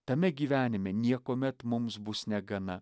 tame gyvenime niekuomet mums bus negana